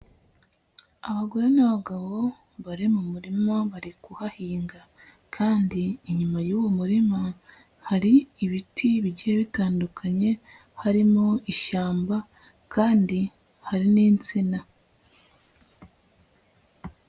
Abagore n'abagabo bari mu murima bari kuhahinga kandi inyuma y'uwo murima hari ibiti bigiye bitandukanye, harimo ishyamba kandi hari n'insina.